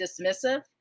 dismissive